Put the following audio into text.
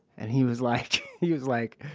and he was like, he was like,